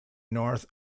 north